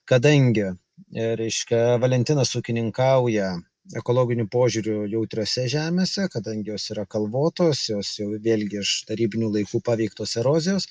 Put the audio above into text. kadangi reiškia valentinas ūkininkauja ekologiniu požiūriu jautriose žemėse kadangi jos yra kalvotos jos jau vėlgi iš tarybinių laikų paveiktos erozijos